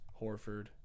Horford